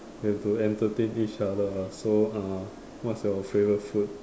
we have to entertain each other so uh what's your favourite food